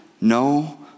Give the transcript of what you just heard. no